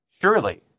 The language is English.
Surely